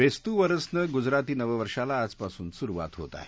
बेस्तु वरसनं गुजराती नववर्षाला आजपासून सुरुवात होत आहे